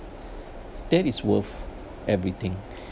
that is worth everything